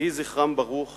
יהי זכרם ברוך